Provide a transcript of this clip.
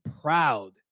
proud